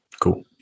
Cool